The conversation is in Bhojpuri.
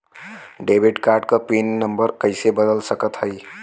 डेबिट कार्ड क पिन नम्बर कइसे बदल सकत हई?